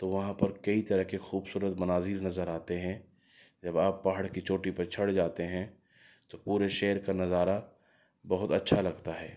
تو وہاں پر کئی طرح کے خوبصورت مناظر نظر آتے ہیں جب آپ پہاڑ کی چوٹی پر چڑھ جاتے ہیں تو پورے شہر کا نظارہ بہت اچھا لگتا ہے